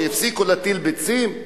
הפסיקו להטיל ביצים?